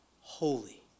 Holy